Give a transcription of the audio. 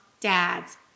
dads